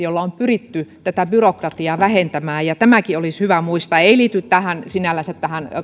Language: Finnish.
jolla on pyritty tätä byrokratiaa vähentämään tämäkin olisi hyvä muistaa se ei liity sinällänsä